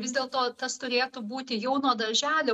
vis dėl to tas turėtų būti jau nuo darželio